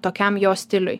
tokiam jo stiliui